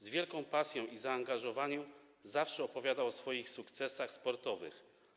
Z wielką pasją i zaangażowaniem zawsze opowiadał o swoich sukcesach sportowych.